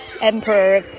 emperor